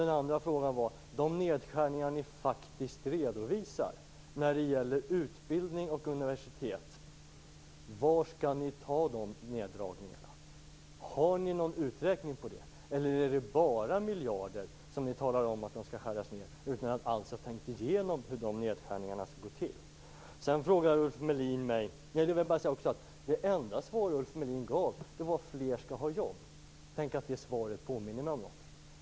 Den andra frågan var: Var skall ni göra de neddragningar som ni faktiskt redovisar när det gäller utbildning och universitet? Har ni gjort någon uträkning på det? Eller talar ni bara om att göra nedskärningar med miljarder utan att alls ha tänkt igenom hur det skall gå till? Det enda svar Ulf Melin gav var att fler skall ha jobb. Tänk att det svaret påminner mig om något.